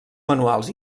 manuals